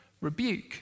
Rebuke